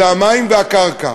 ואלה המים והקרקע.